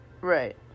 Right